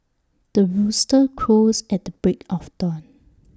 the rooster crows at the break of dawn